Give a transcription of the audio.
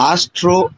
Astro